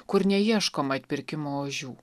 kur neieškoma atpirkimo ožių